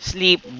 Sleep